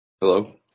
Hello